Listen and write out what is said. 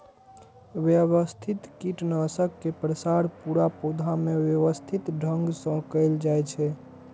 व्यवस्थित कीटनाशक के प्रसार पूरा पौधा मे व्यवस्थित ढंग सं कैल जाइ छै